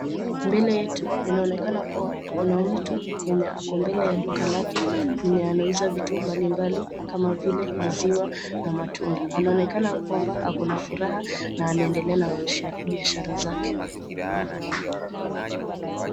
Mbele yetu inaonekana kuwa kuna mtu mwenye ako mbele ya duka lake mwenye anauza vitu mbalimbali kama vile maziwa na matunda. Anaonekana kwamba akona furaha na anaendelea na biashara zake.